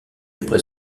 après